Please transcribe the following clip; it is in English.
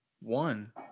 One